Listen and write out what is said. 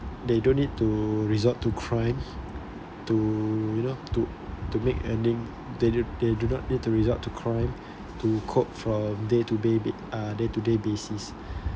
they don't need to resort to crimes to you know to to make ending they they do not need to resort to crimes o cope for day to ba~ uh day to day basis